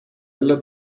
alla